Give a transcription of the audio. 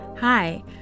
Hi